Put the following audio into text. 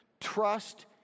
trust